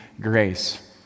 Grace